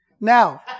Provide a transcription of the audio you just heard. Now